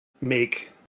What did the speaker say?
make